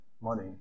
money